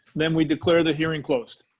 then we declare the hearing closed.